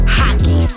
hockey